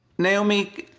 naomi,